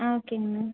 ஓகேங்கண்ணா